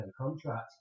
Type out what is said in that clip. contract